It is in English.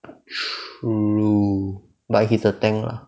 true but he's a tank lah